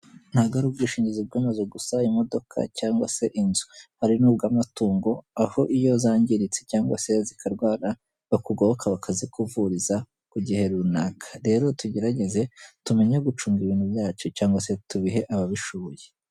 Ntabwo ari ubwishingizi bw'amazu gusa, imodoka cyangwa se inzu, hari n'ubw'amatungo aho iyo zangiritse cyangwa se zikarwara bakugoboka bakazi kuvuriza ku gihe runaka, rero tugerageze tumenye gucunga ibintu byacu cyangwa se tubihe ababishoboye.